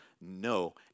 no